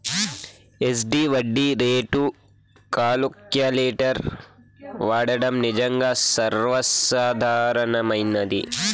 SD వడ్డీ రేట్లు calculator వాడడం నిజంగా సర్వసాధారణమైనది